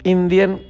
Indian